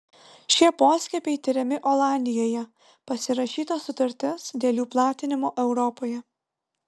šie poskiepiai tiriami olandijoje pasirašyta sutartis dėl jų platinimo europoje